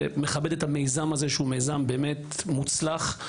ומכבד את המיזם הזה שהוא מיזם באמת מוצלח,